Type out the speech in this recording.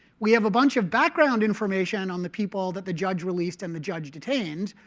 we have a bunch of background information on the people that the judge released and the judge detained.